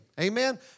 amen